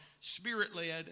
spirit-led